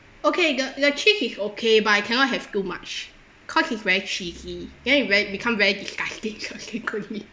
okay the the cheese is okay but I cannot have too much cause is very cheesy then it ve~ become very disgusting